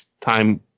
time